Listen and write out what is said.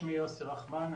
שמי יוסי רחמן,